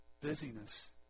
Busyness